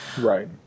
Right